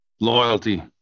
Loyalty